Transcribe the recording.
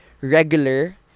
regular